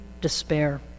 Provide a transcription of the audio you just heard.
despair